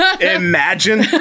Imagine